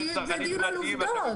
מדברים על עובדות.